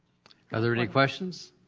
are there any questions?